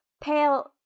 pale